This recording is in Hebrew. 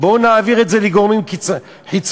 בואו נעביר את זה לגורמים חיצוניים.